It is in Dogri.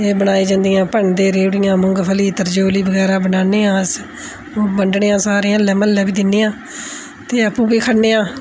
एह् बनाए जंदियां भन्नदे रयोड़ियां मुंगफली त्रिचोली बगैरा बनान्ने आं अस ओह् बंडने आं सारें अल्लै म्हल्लै बी दिन्ने आं ते आपूं बी खन्ने आं